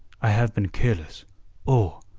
i have been careless oh,